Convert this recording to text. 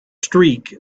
streak